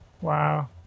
Wow